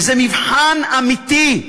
וזה מבחן אמיתי,